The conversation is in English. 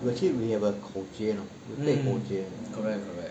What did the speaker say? but actually we have a 口诀 you know we take 口诀